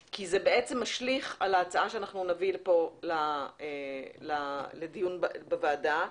כי זה משליך על ההצעה שנביא לפה לדיון בוועדה.